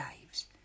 lives